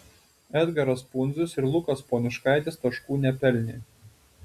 edgaras pundzius ir lukas poniškaitis taškų nepelnė